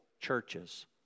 churches